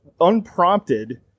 unprompted